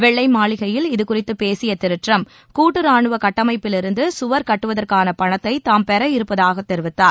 வெள்ளை மாளிகையில் இதுகுறித்து பேசிய திரு டிரம்ப் கூட்டு ராணுவ கட்டமைப்பிலிருந்து சுவர் கட்டுவதற்கான பணத்தை தாம் பெற இருப்பதாக தெரிவித்தார்